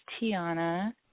Tiana